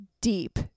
deep